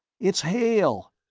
it's hail!